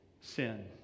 sin